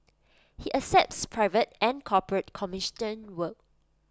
he accepts private and corporate commissioned work